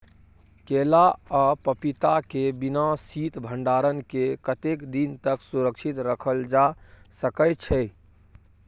केला आ पपीता के बिना शीत भंडारण के कतेक दिन तक सुरक्षित रखल जा सकै छै?